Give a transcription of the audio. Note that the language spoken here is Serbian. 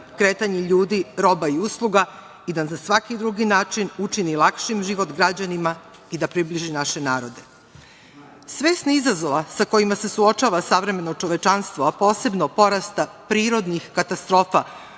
kretanje ljudi, roba i usluga i da za svaki drugi način učini lakši život građanima i da približi naše narode. Svesni izazova sa kojima se suočava savremeno čovečanstvo, a posebno porasta prirodnih katastrofa